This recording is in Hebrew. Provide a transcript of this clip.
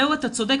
זהו ואתה צודק,